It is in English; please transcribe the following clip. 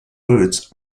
birds